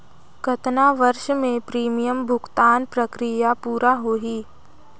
कतना वर्ष मे प्रीमियम भुगतान प्रक्रिया पूरा होही?